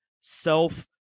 self